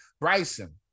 Bryson